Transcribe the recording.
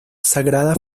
sagrada